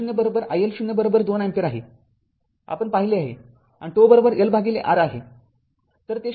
तर I0 iL0 २ ampere आहे आपण पाहिले आहे आणि τ L R आहे